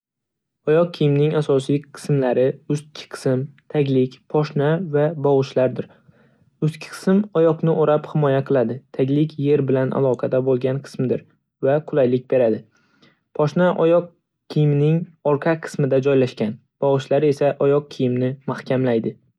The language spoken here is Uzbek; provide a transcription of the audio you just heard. Oyoq kiyimining asosiy qismlari ustki qism, taglik, poshna va bog'ichlardir. Ustki qism oyoqni o'rab, himoya qiladi. Taglik yer bilan aloqada bo'lgan qismdir va qulaylik beradi. Poshna oyoq kiyimining orqa qismida joylashgan. Bog'ichlar esa oyoq kiyimini mahkamlaydi.